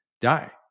die